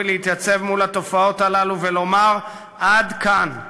להתייצב מול התופעות האלה ולומר: עד כאן.